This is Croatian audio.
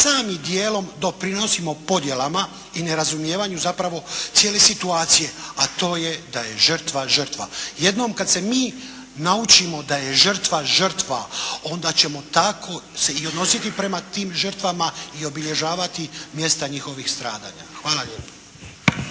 sami dijelom doprinosimo podjelama i nerazumijevanju zapravo cijele situacije a to je da je žrtva žrtva. Jednom kad se mi naučimo da je žrtva žrtva onda ćemo tako se i odnositi prema tim žrtvama i obilježavati mjesta njihovih stradanja. Hvala lijepo.